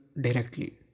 directly